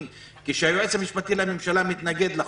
כאשר היועץ המשפטי לממשלה מתנגד לחוק.